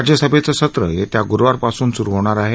राज्यसभेचं सत्रं येत्या गुरुवापासून सुरु होणार आहे